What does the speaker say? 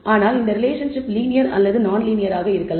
ஆனால் இந்த relationship linear அல்லது நான்லீனியர் ஆக இருக்கலாம்